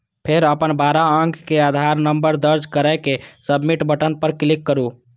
फेर अपन बारह अंक के आधार नंबर दर्ज कैर के सबमिट बटन पर क्लिक करू